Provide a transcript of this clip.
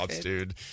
dude